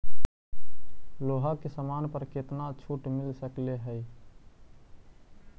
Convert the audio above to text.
लोहा के समान पर केतना छूट मिल सकलई हे